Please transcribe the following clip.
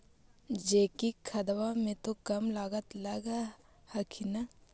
जैकिक खदबा मे तो कम लागत लग हखिन न?